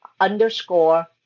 underscore